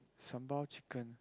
sambal chicken